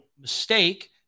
mistake